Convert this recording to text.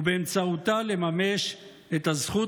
ובאמצעותה, לממש את הזכות